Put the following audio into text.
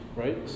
right